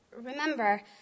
remember